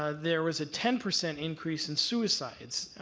ah there was a ten percent increase in suicides,